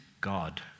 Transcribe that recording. God